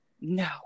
No